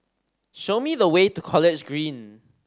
show me the way to College Green